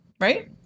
Right